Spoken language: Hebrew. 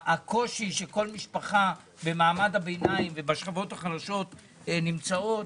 הקושי שכל משפחה במעמד הביניים ובשכבות החלשות נמצאות,